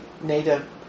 Native